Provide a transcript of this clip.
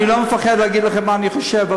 אני מבחין, אנחנו יודעים מה אתה חושב.